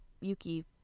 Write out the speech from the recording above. Yuki